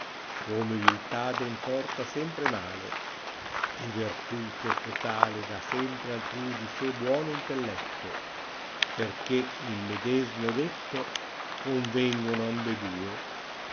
come viltate importa sempre male vertute cotale dà sempre altrui di se buono intelletto perchè in medesmo detto convengono ambedue